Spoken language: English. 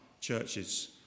churches